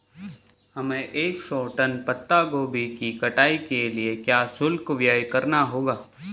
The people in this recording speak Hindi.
हमें एक सौ टन पत्ता गोभी की कटाई के लिए क्या शुल्क व्यय करना होगा?